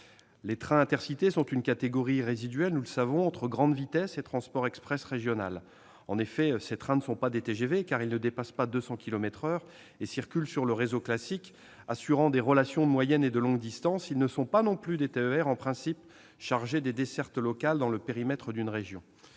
les trains Intercités sont une catégorie résiduelle, entre grande vitesse et transport express régional. En effet, ces trains ne sont pas des TGV, car ils ne dépassent pas 200 km/h et circulent sur le réseau classique. Assurant des relations de moyenne et longue distance, ils ne sont pas non plus des TER, lesquels sont en principe chargés des dessertes locales dans le périmètre d'une région.